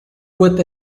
with